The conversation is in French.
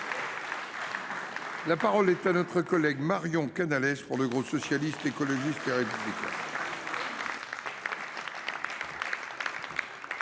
La parole est à Mme Marion Canalès, pour le groupe Socialiste, Écologiste et Républicain.